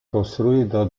costruito